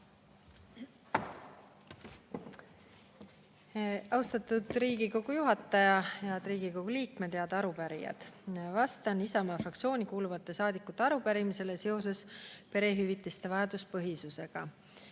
Austatud Riigikogu juhataja! Head Riigikogu liikmed! Head arupärijad! Vastan Isamaa fraktsiooni kuuluvate saadikute arupärimisele seoses perehüvitiste vajaduspõhisusega.